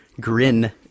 grin